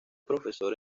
profesor